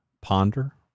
ponder